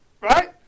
right